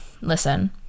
listen